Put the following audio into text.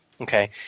okay